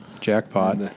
Jackpot